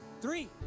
three